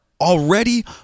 already